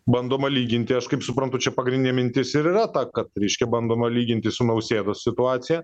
bandoma lyginti aš kaip suprantu čia pagrindinė mintis ir yra ta kad reiškia bandoma lyginti su nausėdos situacija